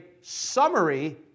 summary